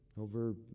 over